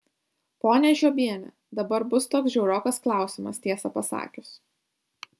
ponia žiobiene dabar bus toks žiaurokas klausimas tiesą pasakius